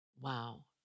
Wow